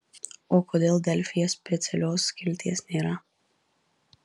o kodėl delfyje specialios skilties nėra